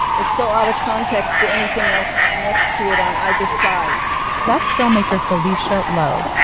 it's so out of context to anything else next to it on either side that's filmmaker felicia lowe.